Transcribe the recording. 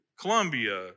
Colombia